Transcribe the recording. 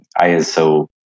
ISO